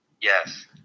yes